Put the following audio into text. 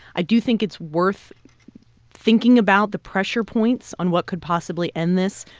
i do think it's worth thinking about the pressure points on what could possibly end this.